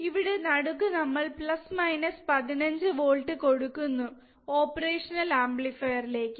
ഇവിടെ നടുക്ക് നമ്മൾ 15 വോൾടേജ് കൊടുക്കുന്ന്നു ഓപ്പറേഷണൽ ആംപ്ലിഫയർ ലേക്ക്